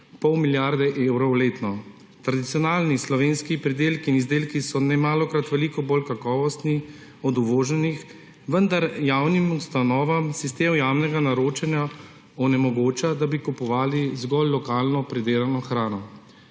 pol milijarde evrov letno. Tradicionalni slovenski pridelki in izdelki so nemalokrat veliko bolj kakovostni od uvoženih, vendar javnim ustanovam sistem javnega naročanja onemogoča, da bi kupovali zgolj lokalno pridelano hrano.